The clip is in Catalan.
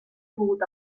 pogut